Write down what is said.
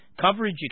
coverage